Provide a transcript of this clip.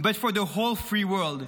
but for the whole free world.